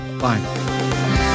Bye